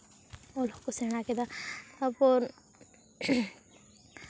ᱚᱞ ᱦᱚᱸᱠᱚ ᱥᱮᱬᱟ ᱠᱮᱫᱟ ᱛᱟᱨᱯᱚᱨ